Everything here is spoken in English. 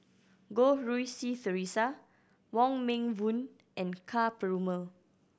Goh Rui Si Theresa Wong Meng Voon and Ka Perumal